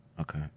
Okay